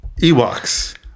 Ewoks